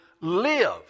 live